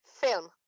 Film